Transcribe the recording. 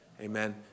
amen